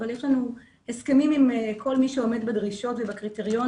אבל יש לנו הסכמים עם כל מי שעומד בדרישות ובקריטריוני